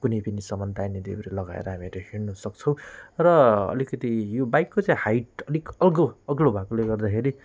कुनै पनि सामान दाहिने देब्रे लगाएर हामीहरू हिँड्नुसक्छौँ र अलिकति यो बाइकको चाहिँ हाइट अलिक अग्लो अग्लो भएकोले गर्दाखेरि